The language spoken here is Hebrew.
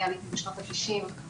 אני עליתי בשנות ה-90,